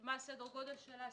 מה סדר הגודל שלה.